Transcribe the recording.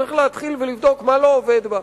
צריך להתחיל ולבדוק מה לא עובד בה.